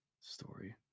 Story